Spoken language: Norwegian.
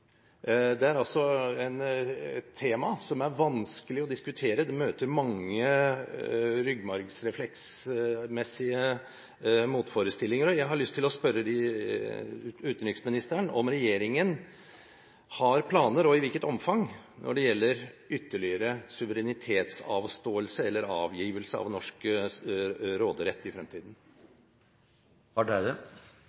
er jo ikke enkelt. Det er et tema som er vanskelig å diskutere, og det møter mange ryggmargsrefleksmessige motforestillinger. Jeg har lyst til å spørre utenriksministeren om regjeringen har planer – og i hvilket omfang – når det gjelder ytterligere